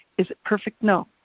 is it perfect? no.